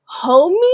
homie